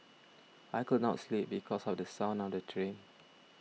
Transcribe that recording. I could not sleep because of the sound of the train